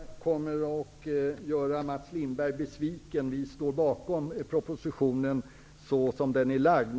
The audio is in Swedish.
Herr talman! Jag är rädd att jag kommer att göra Mats Lindberg besviken. Vi står bakom propositionen, så som den är framlagd.